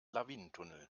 lawinentunnel